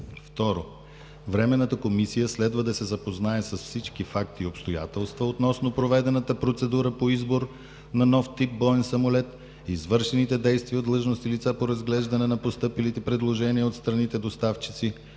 2. Временната комисия следва да се запознае с всички факти и обстоятелства относно проведената процедура по избор на нов тип боен самолет; извършените действия от длъжностни лица по разглеждане на постъпилите предложения от страните доставчици;